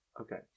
Okay